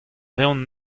reont